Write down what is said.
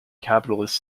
capitalist